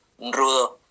Rudo